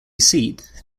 seat